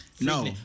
No